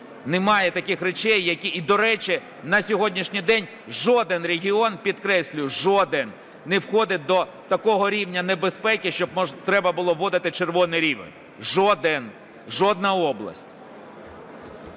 Немає таких речей, які… І, до речі, на сьогоднішній день жоден регіон, підкреслюю, жоден не входить до такого рівня небезпеки, щоб треба було вводити "червоний" рівень, жоден, жодна область.